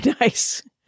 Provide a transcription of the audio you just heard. nice